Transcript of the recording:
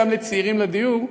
גם לצעירים בדיור,